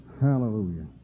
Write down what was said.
Hallelujah